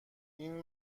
این